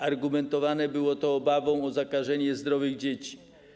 Argumentowane to było obawą o zakażenie zdrowych dzieci.